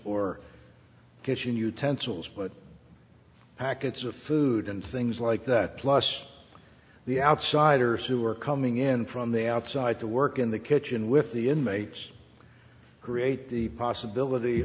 or kitchen utensils but packets of food and things like that plus the outsiders who are coming in from the outside to work in the kitchen with the inmates create the possibility